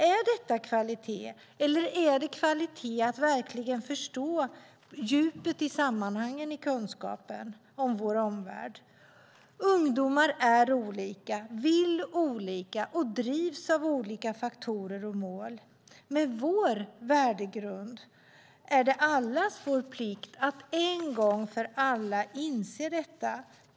Är detta kvalitet? Eller är det kvalitet att verkligen på djupet förstå sammanhangen i kunskapen om vår omvärld? Ungdomar är olika, vill olika och drivs av olika faktorer och mål. Med vår värdegrund är det allas vår plikt att en gång för alla inse detta.